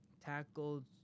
tackled